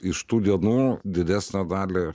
iš tų dienų didesnę dalį